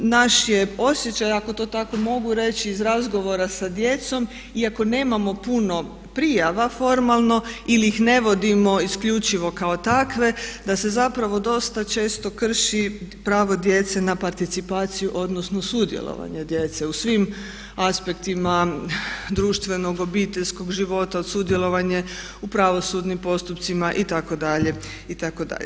Naš je osjećaj ako to tako mogu reći iz razgovora sa djecom i ako nemamo puno prijava formalno ili ih ne vodimo isključivo kao takve da se zapravo dosta četo krše pravo djece na participaciju odnosno sudjelovanje djece u svim aspektima društvenog, obiteljskog života, sudjelovanje u pravosudnim postupcima itd. itd.